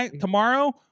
Tomorrow